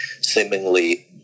seemingly